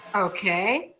okay.